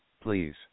Please